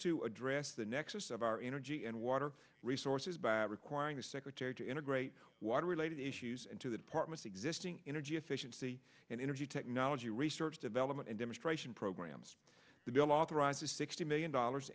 to address the nexus of our energy and water resources by requiring the secretary to integrate water related issues into the department's existing energy efficiency and energy technology research development and demonstration programs the bill authorizes sixty million dollars